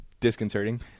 disconcerting